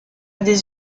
des